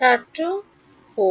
ছাত্র 4